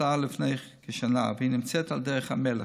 שחוותה לפני כשנה, והיא נמצאת על דרך המלך.